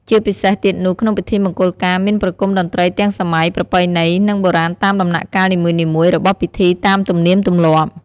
ជាពិសេសទៀតនោះក្នុងពិធីមង្គលការមានប្រគុំតន្រីទាំងសម័យ ប្រពៃណី និងបុរាណតាមដំណាក់កាលនីមួយៗរបស់ពិធីតាមទំនៀមទម្លាប់។